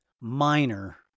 minor